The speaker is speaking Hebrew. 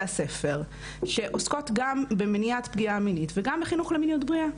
הספר שעוסקות גם במניעת פגיעה מינית וגם בחינוך למיניות בריאה.